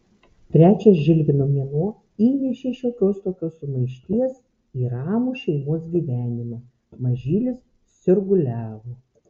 trečias žilvino mėnuo įnešė šiokios tokios sumaišties į ramų šeimos gyvenimą mažylis sirguliavo